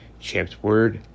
Champsword